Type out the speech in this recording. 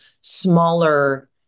smaller